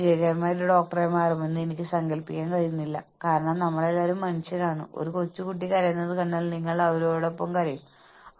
ഉയർന്ന പ്രകടനക്കാരെ ആകർഷിക്കുന്നതിനും പ്രചോദിപ്പിക്കുന്നതിനും ഒപ്പം എല്ലാ ജീവനക്കാരോടും നീതി പുലർത്താനും ഒരു കമ്പനി ജീവനക്കാർക്ക് അവരുടെ ആപേക്ഷിക പ്രകടനത്തിന്റെ അടിസ്ഥാനത്തിൽ പ്രതിഫലം നൽകേണ്ടതുണ്ട്